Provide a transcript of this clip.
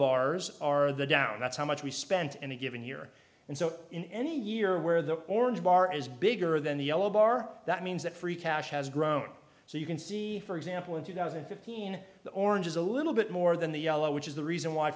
bars are the down that's how much we spent in a given year and so in any year where the orange bar is bigger than the yellow bar that means that free cash has grown so you can see for example in two thousand and fifteen the orange is a little bit more than the yellow which is the reason why